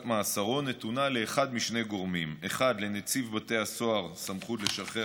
מתקופת מאסרו נתונה לאחד משני גורמים: 1. לנציב בתי הסוהר יש סמכות לשחרר